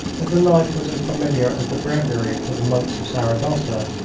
as the knife was as familiar as the breviary to the monks of saragossa.